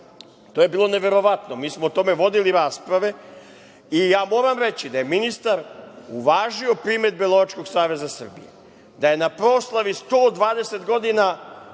To je bilo neverovatno. Mi smo o tome vodili rasprave. Moram reći da je ministar uvažio primedbe Lovačkog saveza Srbije, da je na proslavi 120 godina